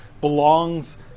belongs